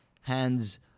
hands